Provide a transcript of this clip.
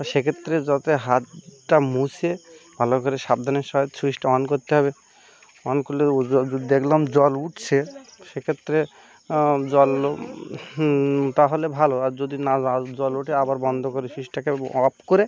বা সেক্ষেত্রে যতই হাতটা মুছে ভালো করে সাবধানে সহ সুইচটা অন করতে হবে অন করলে দেখলাম জল উঠছে সেক্ষেত্রে জল তাহলে ভালো আর যদি না আর জল ওঠে আবার বন্ধ করে সুইচটাকে অফ করে